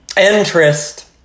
interest